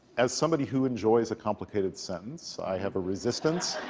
as somebody who enjoys a complicated sentence, i have a resistance